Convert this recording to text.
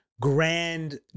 Grand